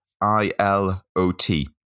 I-L-O-T